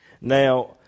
Now